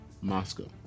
Moscow